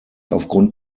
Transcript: aufgrund